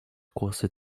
kłosy